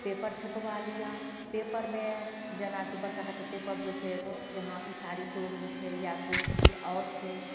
paper छपबा लिअऽ पेपरमे जेना कि बड़का टाके पेपर होइ छै एगो कि हँ ई साड़ी शोरूम छै या कोइ चीजके आओर छै